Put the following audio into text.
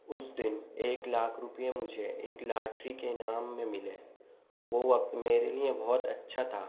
اس دن ایک لاکھ روپیے مجھے ایک لاٹری کے انعام میں ملے وہ وقت میرے لیے بہت اچھا تھا